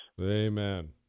Amen